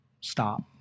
stop